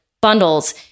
bundles